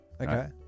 Okay